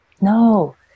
No